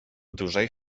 dużej